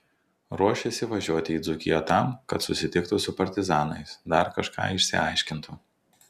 ruošėsi važiuoti į dzūkiją tam kad susitiktų su partizanais dar kažką išsiaiškintų